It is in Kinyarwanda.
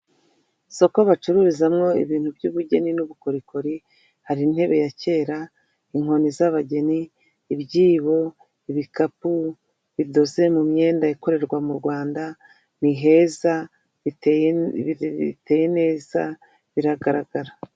Isoko bacururizamowo ibintu by'ubugeni n'ubukorikori hari intebe ya kera; inkoni z'abageni ibyibo, ibikapu bidoze mu myenda ikorerwa mu Rwanda niheza bite neza biragaragara.